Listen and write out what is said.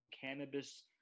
Cannabis